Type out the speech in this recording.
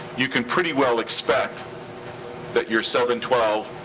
you can pretty well expect that your seven twelve,